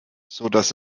sodass